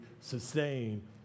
sustain